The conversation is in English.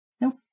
Nope